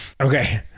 Okay